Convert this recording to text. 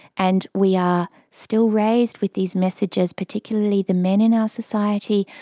and we are still raised with these messages, particularly the men in our society,